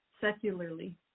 Secularly